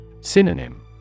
Synonym